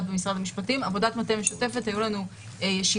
זה חשוב